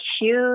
huge